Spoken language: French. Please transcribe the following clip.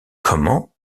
comment